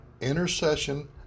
intercession